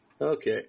Okay